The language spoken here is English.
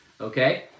Okay